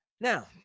Now